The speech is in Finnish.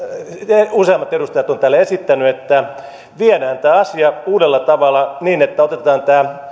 useammat edustajat ovat täällä esittäneet että viedään tämä asia uudella tavalla niin että otetaan